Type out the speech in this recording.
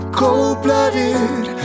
cold-blooded